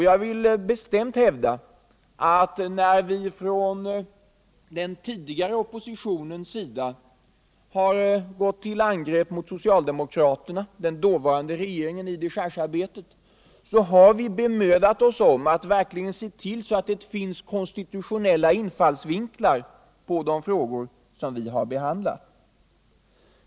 Jag vill bestämt hävda att när vi från den tidigare oppositionens sida gick till angrepp mot socialdemokraterna och den dåvarande regeringen i dechargearbetet bemödade vi oss om att verkligen se till att det fanns konstitutionella infallsvinklar på de frågor som vi behandlade.